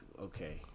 okay